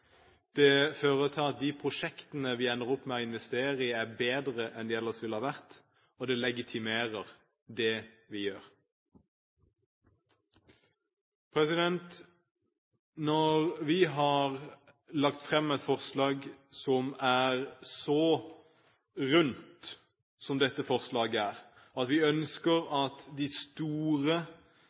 det fører til at de prosjektene vi ender opp med å investere i, er bedre enn de ellers ville ha vært, og det legitimerer det vi gjør. Når vi har lagt fram et forslag som er så rundt som dette forslaget er, at vi ønsker at de store